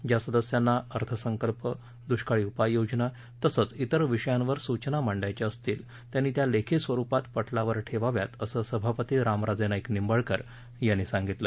ज्या सदस्यांना अर्थसंकल्प दुष्काळी उपाययोजना तसंच इतर विषयांवर सूचना मांडायच्या असतील त्यांनी त्या लेखी स्वरुपात पटलावर ठेवाव्यात असं सभापती रामराजे नाईक निंबाळकर यांनी सांगितलं